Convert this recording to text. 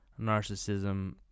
narcissism